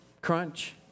crunch